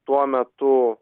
tuo metu